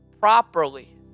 properly